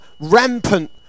rampant